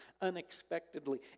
unexpectedly